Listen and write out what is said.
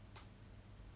simply put it lor